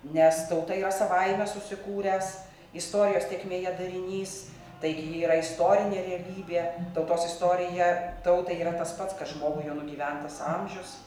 nes tauta yra savaime susikūręs istorijos tėkmėje darinys taigi ji yra istorinė realybė tautos istorija tautai yra tas pats kas žmogui jo nugyventas amžius